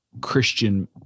Christian